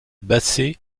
bassée